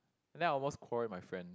and I almost quarrel with my friend